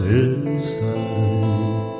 inside